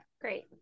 Great